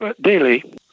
Daily